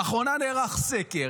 לאחרונה נערך סקר,